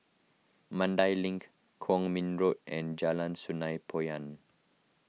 Mandai Link Kwong Min Road and Jalan Sungei Poyan